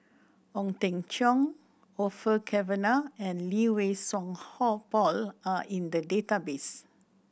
Ong Teng Cheong Orfeur Cavenagh and Lee Wei Song Hall Paul are in the database